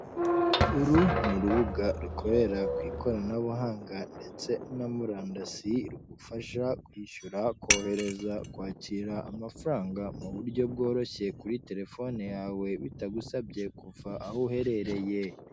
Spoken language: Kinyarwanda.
Uru ni urubuga rukorera ku ikoranabuhanga ndetse na murandasi, rugufasha kwishyura, kohereza, kwakira amafaranga mu buryo bworoshye kuri telefone yawe bitagusabye kuva aho uherereye.